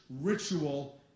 ritual